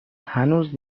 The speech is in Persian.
هنوز